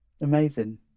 Amazing